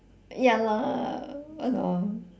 ya lah ya lor